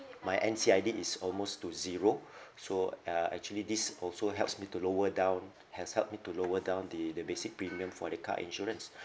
my N_C I_D is almost to zero so uh actually this also helps me to lower down has helped me to lower down the the basic premium for the car insurance